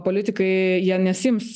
politikai jie nesiims